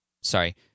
sorry